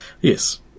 Yes